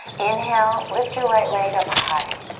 inhale, lift your right leg up high.